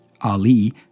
Ali